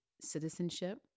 citizenship